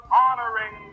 honoring